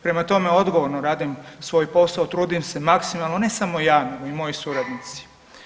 Prema tome odgovorno radim svoj posao, trudim se maksimalno, ne samo ja nego i moji suradnici.